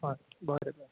हय बरें बरें